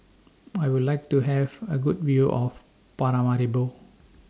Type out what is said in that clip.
I Would like to Have A Good View of Paramaribo